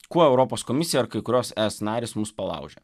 kuo europos komisija ar kai kurios es narės mus palaužė